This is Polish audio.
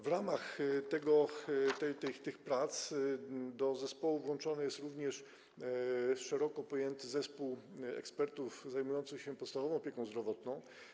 W ramach tych prac do zespołu włączony jest również szeroko pojęty zespół ekspertów zajmujący się podstawową opieką zdrowotną.